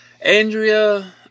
Andrea